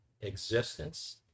existence